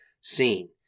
seen